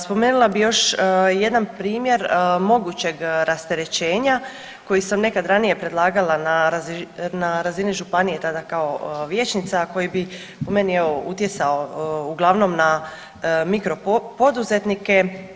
Spomenula bi još jedan primjer mogućeg rasterećenja koji sam nekad ranije predlagala na razini županije tada kao vijećnica, a koji bi po meni evo utjecao uglavnom na mikropoduzetnike.